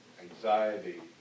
Anxiety